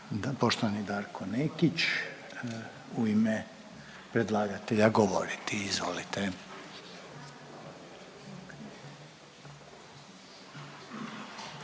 poštovani Darko Nekić u ime predlagatelja govoriti, izvolite.